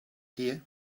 here